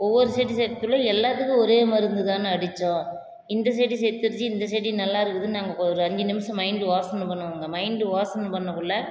ஒவ்வொரு செடி செத்துடும் எல்லாத்துக்கும் ஒரே மருந்து தானே அடித்தோம் இந்த செடி செத்துருச்சு இந்த செடி நல்லா இருக்குதுன்னு நாங்கள் ஒரு அஞ்சு நிமிஷம் மைண்டு யோசனை பண்ணுவோம்ங்க மைண்டு யோசனை பண்ணக்குள்ளே